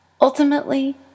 ultimately